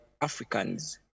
Africans